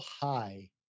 high